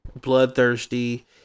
bloodthirsty